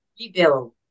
rebuild